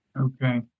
Okay